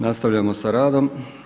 Nastavljamo s radom.